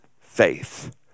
faith